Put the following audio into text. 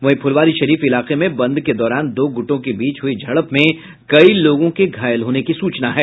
वहीं फुलवारीशरीफ इलाके में बंद के दौरान दो गूटों के बीच हुई झड़प में कई लोगों के घायल होने की सूचना है